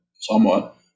somewhat